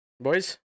Boys